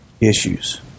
issues